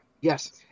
Yes